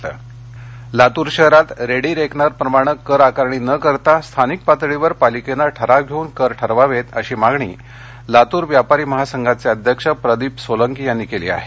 आंदोलनचा शारा लातर लातूर शहरात रेडी रेकनरप्रमाणे कर आकारणी न करता स्थानिक पातळीवर पालिकेनं ठराव घेऊन कर ठरवावे अशी मागणी लातूर व्यापारी महासंघाचे अध्यक्ष प्रदीप सोलंकी यांनी केली आहे